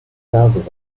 developers